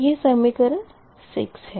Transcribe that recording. यह समीकरण 6 है